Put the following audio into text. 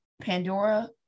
Pandora